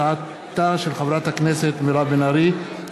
הצעתה של חברת הכנסת מירב בן ארי,